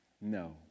no